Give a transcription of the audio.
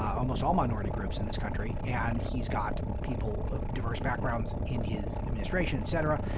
almost all minority groups in this country. and he's got people of diverse backgrounds in his administration, etc.